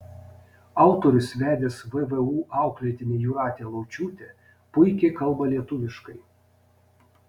autorius vedęs vvu auklėtinę jūratę laučiūtę puikiai kalba lietuviškai